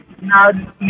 now